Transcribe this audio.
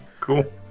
Cool